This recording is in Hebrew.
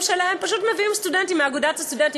שלהם פשוט מביאים סטודנטים מאגודת הסטודנטים.